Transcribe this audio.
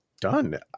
done